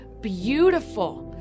beautiful